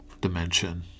dimension